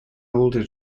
older